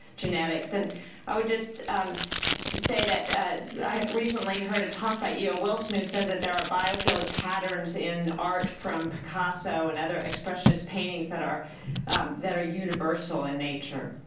genetics? and i would just say that i recently heard a talk by e. o. wilson who says that there are biophilic patterns in art from picasso and other expressionist paintings that are that are universal in nature.